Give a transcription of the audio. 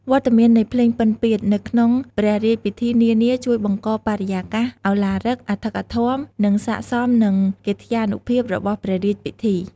វត្តមាននៃភ្លេងពិណពាទ្យនៅក្នុងព្រះរាជពិធីនានាជួយបង្កបរិយាកាសឱឡារិក អធិកអធម និងស័ក្តិសមនឹងកិត្យានុភាពរបស់ព្រះរាជពិធី។